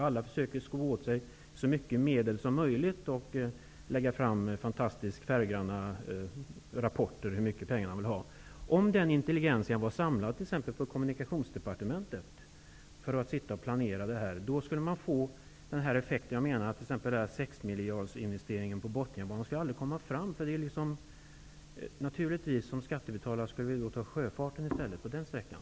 Alla försöker få åt sig så mycket medel som möjligt och lägger fram fantastiska färggranna rapporter där man redogör för hur mycket pengar man vill ha. Om denna intelligentia i stället var samlad på t.ex. Kommunikationsdepartmentet för att planera det här, skulle bl.a. investeringen på sex miljarder på Bothnibanan aldrig komma i fråga. Som skattebetalare skall man i stället välja sjöfart på den sträckan.